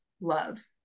love